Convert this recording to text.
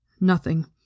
Nothing